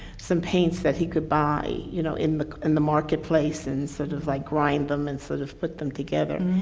some paints that he could buy, you know, in the in the marketplace and sort of like grind them and sort of put them together.